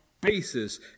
basis